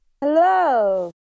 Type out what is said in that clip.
Hello